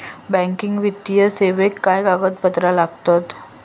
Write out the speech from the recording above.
Banking वित्तीय सेवाक काय कागदपत्र लागतत?